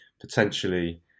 potentially